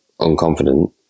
unconfident